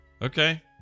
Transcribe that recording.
Okay